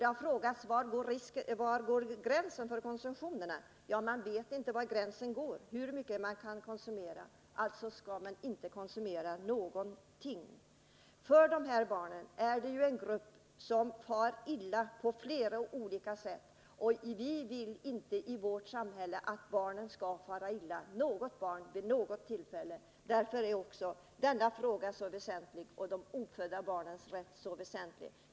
Det har frågats: Var går gränsen för konsumtionen? Man vet inte var gränsen går, hur mycket man kan konsumera utan risk. Alltså skall man inte konsumera någonting alls. Dessa barn är en grupp som far illa på flera olika sätt. Vi vill inte att något barn vid något tillfälle skall fara illa i vårt samhälle. Därför är också denna fråga så väsentlig, och det ofödda barnets rätt så väsentlig.